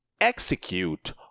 execute